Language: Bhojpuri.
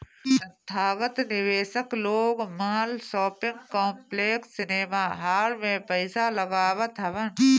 संथागत निवेशक लोग माल, शॉपिंग कॉम्प्लेक्स, सिनेमाहाल में पईसा लगावत हवन